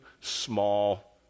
small